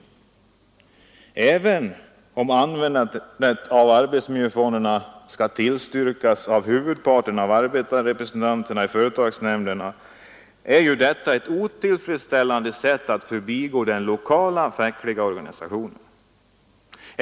Även om användandet av arbetsmiljöfonden skall tillstyrkas av huvudparten av arbetarrepresentanterna i företagsnämnderna, innebär detta att man på ett otillfredsställande sätt förbigår den lokala fackliga organisationen.